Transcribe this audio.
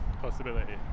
possibility